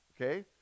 Okay